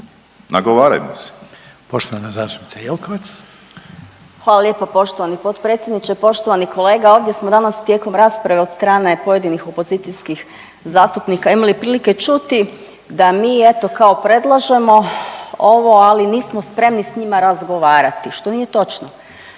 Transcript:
Jelkovac. **Jelkovac, Marija (HDZ)** Hvala lijepo poštovani potpredsjedniče. Poštovani kolega ovdje smo danas tijekom rasprave od strane pojedinih opozicijskih zastupnika imali prilike čuti da mi eto kao predlažemo ovo, ali nismo spremni s njima razgovarati što nije točno.